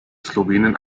slowenen